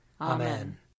Amen